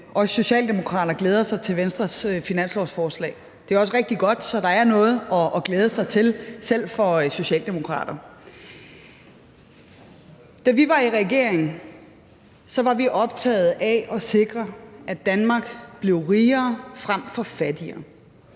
også socialdemokrater glæder sig til Venstres finanslovsforslag. Det er også rigtig godt, så der er noget at glæde sig til, selv for Socialdemokrater. Da vi var i regering, var vi optaget af at sikre, at Danmark blev rigere frem for fattigere,